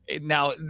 Now